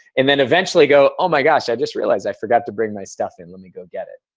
and then eventually go, oh my gosh. i just realized. i forgot to bring my stuff in. let me go get it.